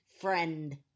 friend